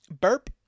Burp